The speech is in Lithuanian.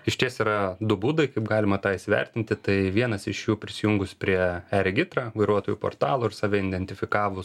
išties yra du būdai kaip galima tą įvertinti tai vienas iš jų prisijungus prie regitra vairuotojų portalo ir save identifikavus